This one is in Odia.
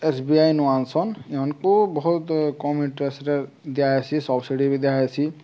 ଏସ୍ ବି ଆଇ ନୂଆନ୍ସନ୍ ଏମାନଙ୍କୁ ବହୁତ କମ୍ ଇଣ୍ଟ୍ରେଷ୍ଟରେ ଦିଆ ହେସି ସବ୍ସିଡ଼ି ବି ଦିଆ ହେସି